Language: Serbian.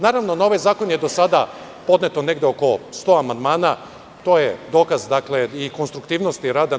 Naravno, na ovaj zakon je do sada podneto negde oko 100 amandmana, što je dokaz i konstruktivnosti rada.